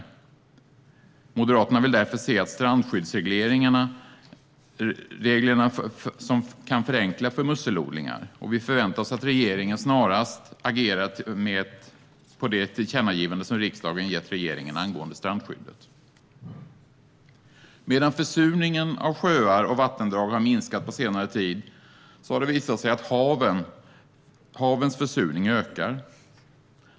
Moderaterna vill därför se till att strandskyddsreglerna kan förenkla för musselodlingar, och vi förväntar oss att regeringen snarast agerar på det tillkännagivande som riksdagen riktat till regeringen angående strandskyddet. Medan försurningen av sjöar och vattendrag har minskat på senare tid har det visat sig att havens försurning ökar.